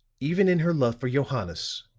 even in her love for johannes.